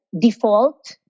default